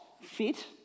fit